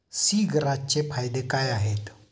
सीग्रासचे फायदे काय आहेत?